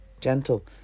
gentle